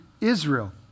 Israel